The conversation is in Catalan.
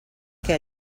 que